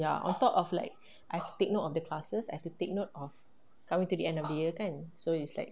ya on top of like I have to take note of the classes I have to take note of coming to the end of the year kan so it's like